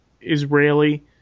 Israeli